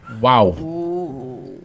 Wow